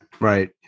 Right